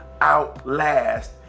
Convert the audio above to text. outlast